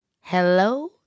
Hello